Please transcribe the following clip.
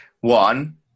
one